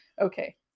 okay